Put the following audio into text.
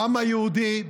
לעם היהודי,